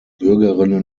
bürgerinnen